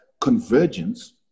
convergence